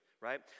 right